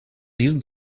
diesem